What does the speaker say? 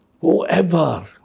whoever